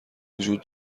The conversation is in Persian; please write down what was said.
وجود